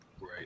Right